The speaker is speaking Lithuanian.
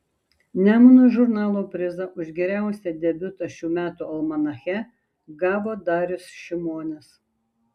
nemuno žurnalo prizą už geriausią debiutą šių metų almanache gavo darius šimonis